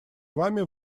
вами